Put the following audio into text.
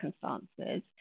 circumstances